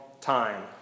time